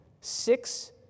Six